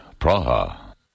Praha